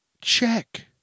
check